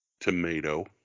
Tomato